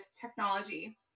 technology